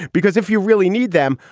because if you really need them,